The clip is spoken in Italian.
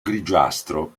grigiastro